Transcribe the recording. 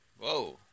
Whoa